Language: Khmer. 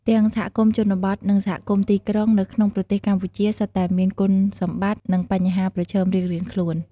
ទាំងសហគមន៍ជនបទ និងសហគមន៍ទីក្រុងនៅក្នុងប្រទេសកម្ពុជាសុទ្ធតែមានគុណសម្បត្តិ និងបញ្ហាប្រឈមរៀងៗខ្លួន។